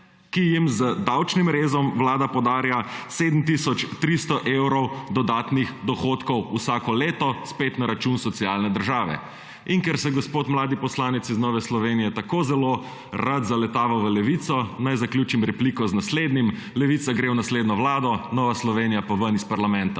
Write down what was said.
ki jim z davčnim rezom Vlada podarja 7 tisoč 300 evrov dodatnih dohodkov vsako leto, spet na račun socialne države. In ker se mladi gospod poslanec iz Nove Slovenije tako zelo rad zaletava v Levico, naj zaključim repliko z naslednjim. Levica gre v naslednjo vlado, Nova Slovenija pa ven iz parlamenta.